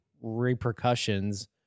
repercussions